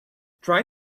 try